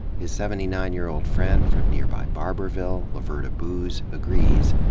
his seventy nine year-old friend from nearby barbourville, lueverda boose, agrees.